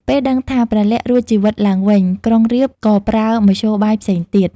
ពេលដឹងថា ព្រះលក្សណ៍រួចជីវិតឡើងវិញ ក្រុងរាពណ៍ក៏ប្រើមធ្យោបាយផ្សេងទៀត។